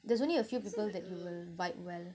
there's only a few people that you will vibe well